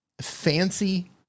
fancy